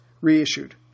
reissued